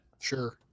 sure